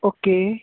okay